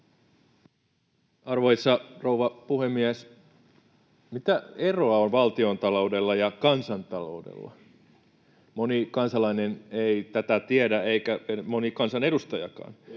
Arvoisa rouva puhemies! Mitä eroa on valtiontaloudella ja kansantaloudella? Moni kansalainen ei tätä tiedä, eikä tiedä moni kansanedustajakaan.